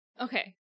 Okay